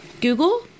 Google